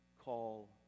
call